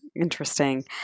interesting